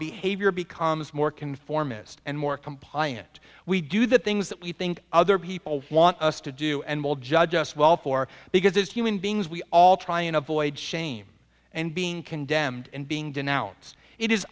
behavior becomes more conformist and more compliant we do the things that we think other people want us to do and will judge us well for because as human beings we all try and avoid shame and being condemned and being denounced it is